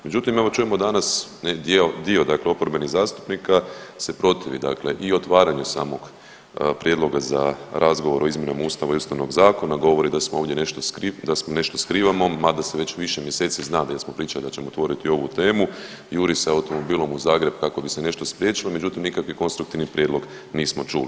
Međutim evo čujemo danas dio dakle oporbenih zastupnika se protivi dakle i otvaranju samog prijedloga za razgovor o izmjenama Ustava i Ustavnog zakona, govore da smo ovdje nešto, da nešto skrivamo mada se već više mjeseci zna da jer smo pričali da ćemo otvoriti ovu temu, juri se automobilom u Zagreb kako bi se nešto spriječilo međutim nikakvi konstruktivni prijedlog nismo čuli.